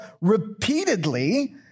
repeatedly